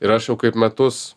ir aš jau kaip metus